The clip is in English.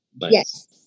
Yes